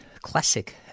classic